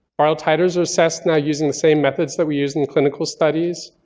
while titers were assessed now using the same methods that we used in clinical studies.